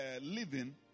living